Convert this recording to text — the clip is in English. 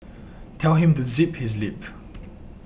tell him to zip his lip